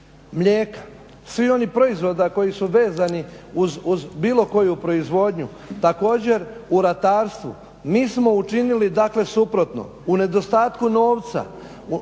mlijeka, svih onih proizvoda koji su vezani uz bilo koju proizvodnju. Također u ratarstvu, nismo učinili, dakle suprotno, u nedostatku novca,